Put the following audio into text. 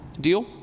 deal